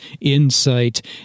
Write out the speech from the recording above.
Insight